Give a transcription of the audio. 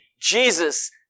Jesus